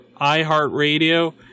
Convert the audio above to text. iHeartRadio